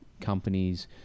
companies